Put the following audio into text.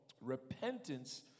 repentance